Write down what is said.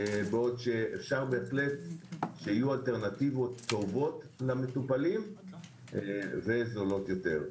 בעוד שאפשר שיהיו אלטרנטיבות למטופלים וזולות יותר.